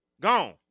gone